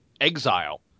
exile